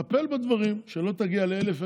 טפל בדברים כדי שלא תגיע ל-1,000,